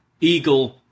Eagle